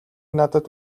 надад